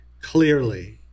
clearly